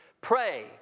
Pray